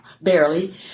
Barely